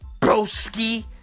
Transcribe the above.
Broski